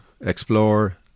explore